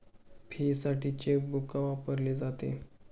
फीसाठी चेकबुक का वापरले जाते?